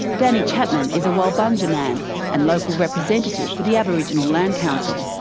danny chapman is a walbunja man and local representative for the aboriginal land council.